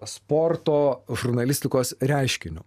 sporto žurnalistikos reiškiniu